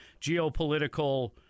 geopolitical